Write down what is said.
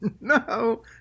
no